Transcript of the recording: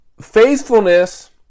faithfulness